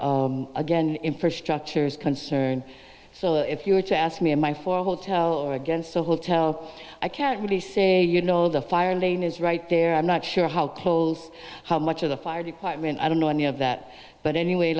stuff again infrastructure is concerned so if you were to ask me and my for a hotel or against a hotel i can't really say you know the fire lane is right there i'm not sure how coal's how much of the fire department i don't know any of that but anyway